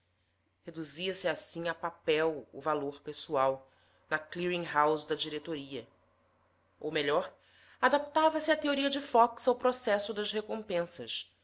reduzia se assim a papel o valor pessoal na clearing house da diretoria ou melhor adaptava se a teoria de fox ao processo das recompensas